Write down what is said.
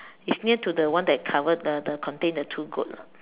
is near to the one that cover the the contain the two goat